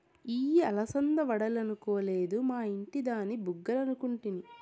ఇయ్యి అలసంద వడలనుకొలేదు, మా ఇంటి దాని బుగ్గలనుకుంటిని